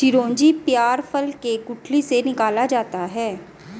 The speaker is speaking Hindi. चिरौंजी पयार फल के गुठली से निकाला जाता है